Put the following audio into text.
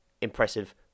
impressive